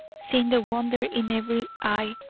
seeing the wonder in every eye.